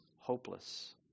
hopeless